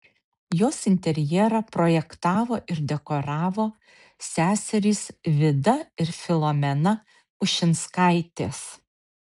jos interjerą projektavo ir dekoravo seserys vida ir filomena ušinskaitės